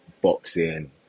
boxing